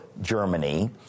Germany